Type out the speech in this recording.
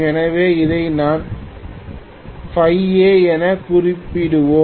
எனவே இதை நான் φa எனக் குறிப்பிடுவோம்